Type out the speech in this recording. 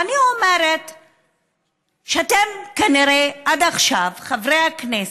ואני אומרת שאתם, כנראה, עד עכשיו, חברי הכנסת,